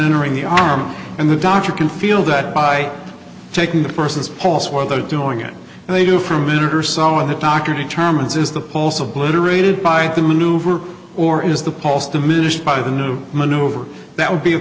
entering the arm and the doctor can feel that by taking the person's polls while they're doing it and they do for a minute or so and the doctor determines is the pulse obliterated by the maneuver or is the pulse diminished by the new maneuver that would be a